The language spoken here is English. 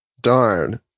Darn